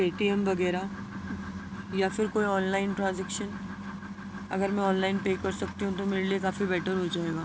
پے T M وغیرہ یا پھر کوئی آن لائن ٹرنجیکشن اگر میں آن لائن پے کر سکتی ہوں تو میرے لئے کافی بیٹر ہو جائے گا